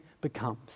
becomes